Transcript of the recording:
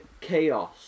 chaos